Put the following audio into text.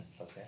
Okay